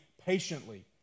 patiently